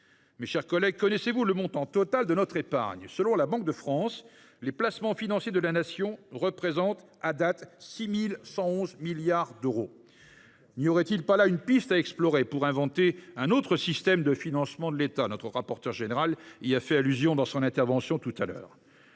Mes chers collègues, connaissez vous le montant total de notre épargne ? Selon la Banque de France, les placements financiers de la Nation représentent aujourd’hui 6 111 milliards d’euros. N’y aurait il pas là une piste à explorer pour inventer un autre système de financement de l’État ? Le rapporteur général lui même y a fait référence lors de son intervention. Enfin, je